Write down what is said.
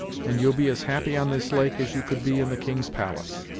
and you'll be as happy on this lake as you could be in the king's palace.